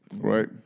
right